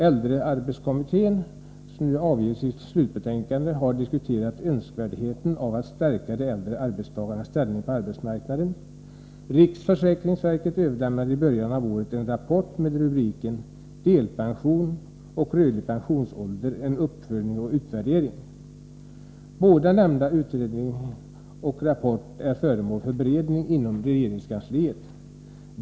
Äldrearbetskommittén, som ju avgivit sitt slutbetänkande, har diskuterat önskvärdheten av att stärka de äldre arbetstagarnas ställning på arbetsmarknaden. Riksförsäkringsverket överlämnade i början av året en rapport med rubriken Delpension och rörlig pensionsålder, en uppföljning och utvärdering. Både nämnda utredning och denna rapport är föremål för beredning inom regeringskansliet.